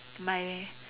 my